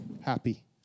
happy